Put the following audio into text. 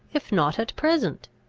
if not at present?